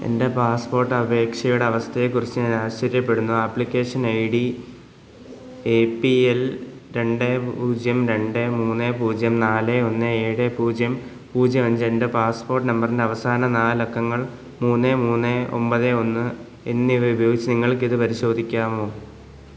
എന്റെ പാസ്പ്പോട്ട് അപേക്ഷയുടെ അവസ്ഥയെക്കുറിച്ച് ഞാൻ ആശ്ചര്യപ്പെടുന്നു application I D A P L രണ്ട് പൂജ്യം രണ്ട് മൂന്ന് പൂജ്യം നാല് ഒന്ന് ഏഴ് പൂജ്യം പൂജ്യം അഞ്ച് എന്റെ പാസ്പ്പോട്ട് നമ്പറിന്റെ അവസാന നാല് അക്കങ്ങൾ മൂന്ന് മൂന്ന് ഒമ്പത് ഒന്ന് എന്നിവ ഉപയോഗിച്ച് നിങ്ങൾക്കിത് പരിശോധിക്കാമോ